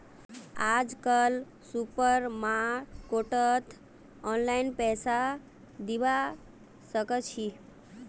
आजकल सुपरमार्केटत ऑनलाइन पैसा दिबा साकाछि